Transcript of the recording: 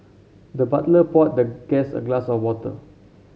the butler poured the guest a glass of water